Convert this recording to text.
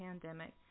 pandemic